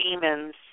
demons